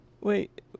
wait